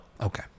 okay